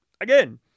again